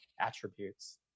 attributes